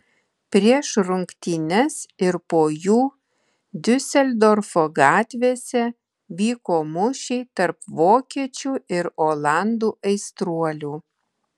prieš rungtynes ir po jų diuseldorfo gatvėse vyko mūšiai tarp vokiečių ir olandų aistruolių